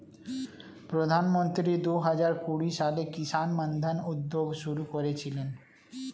প্রধানমন্ত্রী দুহাজার কুড়ি সালে কিষান মান্ধান উদ্যোগ শুরু করেছিলেন